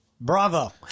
bravo